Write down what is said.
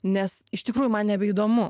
nes iš tikrųjų man nebeįdomu